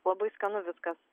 labai skanu viskas